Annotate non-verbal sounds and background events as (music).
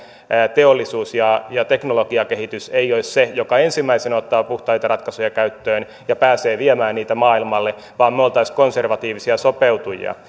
teollisuus ja teknologiakehitys ei olisi se joka ensimmäisenä ottaa puhtaita ratkaisuja käyttöön ja pääsee viemään niitä maailmalle vaan me olisimme konservatiivisia sopeutujia (unintelligible)